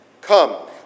Come